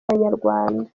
banyarwanda